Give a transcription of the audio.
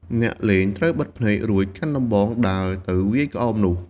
អ្នកលេងត្រូវបិទភ្នែក រួចកាន់ដំបងដើរទៅវាយក្អមនោះ។